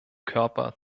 körper